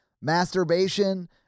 masturbation